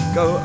go